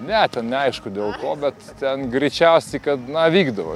ne ten neaišku dėl ko bet ten greičiausiai kad na vykdavo